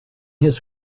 his